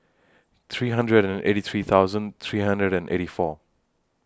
three hundred and eighty three thousand three hundred and eighty four